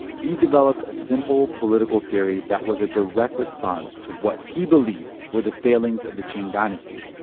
he developed a simple political theory that was a direct response to what he believed were the failings of the qing dynasty.